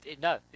no